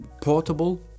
portable